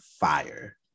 fire